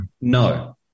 No